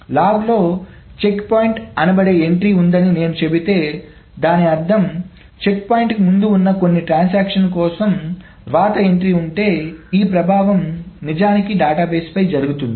log లో check point అనబడే entry ఉందని నేను చెబితే దాని అర్థం చెక్పాయింట్కు ముందు కొన్ని ట్రాన్సాక్షన్స్ కోసం వ్రాత ఎంట్రీ ఉంటే ఈ ప్రభావం నిజానికి డేటాబేస్ పై జరుగుతుంది